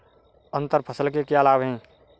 अंतर फसल के क्या लाभ हैं?